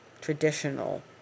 traditional